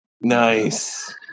nice